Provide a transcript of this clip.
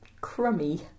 crummy